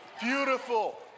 Beautiful